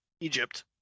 Egypt